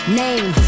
name